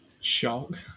Shock